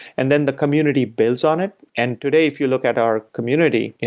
and then the community builds on it. and today, if you look at our community, and